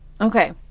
Okay